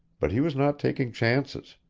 but he was not taking chances.